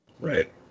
Right